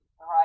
Right